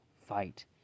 fight